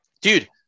Dude